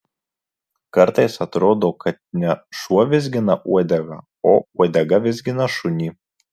kartais atrodo kad ne šuo vizgina uodegą o uodega vizgina šunį